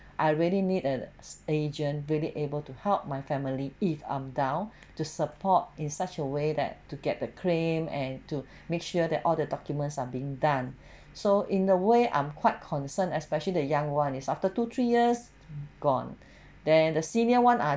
I really need an agent really able to help my family if I'm down to support in such a way that to get the claim and to make sure that all the documents are being done so in a way I'm quite concerned especially the young one is after two three years gone then a senior one are